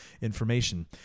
information